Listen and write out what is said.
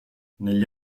negli